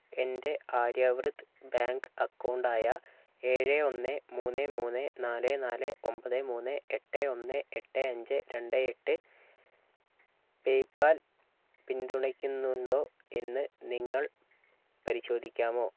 എൻ്റെ Aryavrat bank account ആയ ഏഴ് ഒന്ന് മുന്ന് മുന്ന് നാല് നാല് ഒൻപത് മൂന്ന് എട്ട് ഒന്ന് എട്ട് അഞ്ച് രണ്ട് എട്ട് പേയ്പാൽ പിന്തുണയ്ക്കുന്നുണ്ടോ എന്ന് നിങ്ങൾ പരിശോധിക്കാമോ